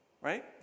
Right